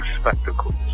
spectacles